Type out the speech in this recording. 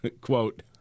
quote